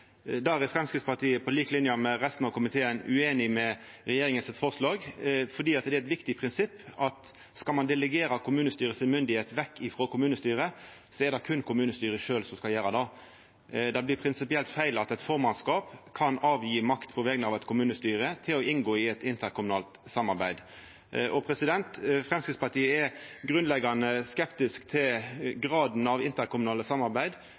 Der er Framstegspartiet, på lik linje med resten av komiteen, ueinig i regjeringa sitt forslag fordi det er eit viktig prinsipp at skal ein delegara kommunestyret si myndigheit vekk frå kommunestyret, er det berre kommunestyret sjølv som skal gjera det. Det blir prinsipielt feil at eit formannskap kan gje frå seg makt på vegner av eit kommunestyre for å inngå i eit interkommunalt samarbeid. Framstegspartiet er grunnleggjande skeptisk til graden av interkommunale samarbeid.